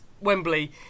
Wembley